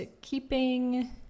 keeping